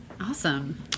Awesome